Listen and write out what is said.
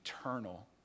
eternal